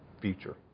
future